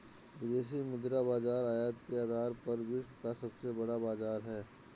विदेशी मुद्रा बाजार आयतन के आधार पर विश्व का सबसे बड़ा बाज़ार है